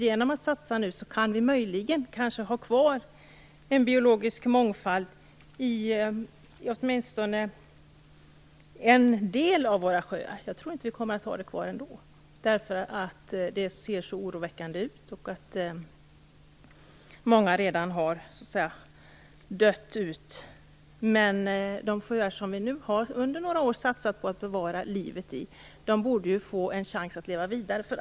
Genom att satsa nu kan vi möjligen ha kvar en biologisk mångfald i åtminstone en del av våra sjöar. Jag tror inte att vi kommer att ha det kvar ändå, därför att det ser så oroväckande ut och för att många redan har dött ut. De sjöar som vi nu under några år har satsat på att bevara livet i borde få en chans att leva vidare.